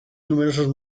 numerosos